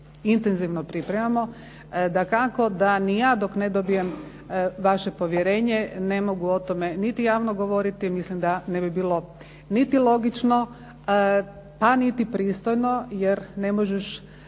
intenzivno pripremamo. Dakako da ni ja dok ne dobijem vaše povjerenje ne mogu o tome niti javno govoriti, mislim da ne bi bilo niti logično, pa niti pristojno jer ne možeš